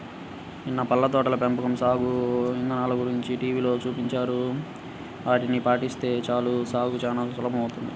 నిన్న పళ్ళ తోటల పెంపకం సాగు ఇదానల గురించి టీవీలో చూపించారు, ఆటిని పాటిస్తే చాలు సాగు చానా సులభమౌతది